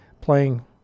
playing